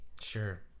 Sure